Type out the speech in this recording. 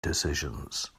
decisions